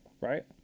Right